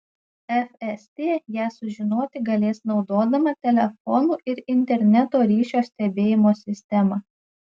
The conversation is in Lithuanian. fst ją sužinoti galės naudodama telefonų ir interneto ryšio stebėjimo sistemą